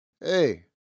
hey